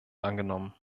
angenommen